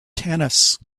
tennis